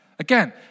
Again